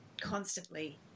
constantly